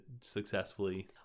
successfully